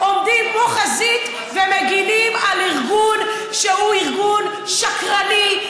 עומדים כמו חזית ומגינים על ארגון שהוא ארגון שקרני,